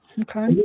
Okay